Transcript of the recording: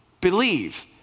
believe